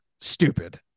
stupid